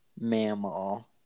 mammal